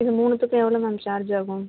இது மூணுத்துக்கும் எவ்வளோ மேம் சார்ஜ் ஆகும்